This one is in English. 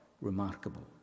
remarkable